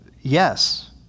yes